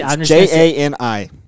J-A-N-I